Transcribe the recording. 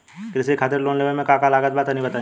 कृषि खातिर लोन लेवे मे का का लागत बा तनि बताईं?